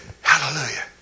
Hallelujah